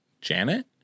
Janet